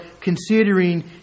considering